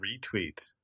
retweet